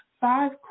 five